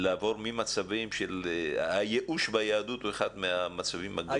לעבור ממצבים של הייאוש ביהדות הוא אחד המצבים הגרועים ביותר.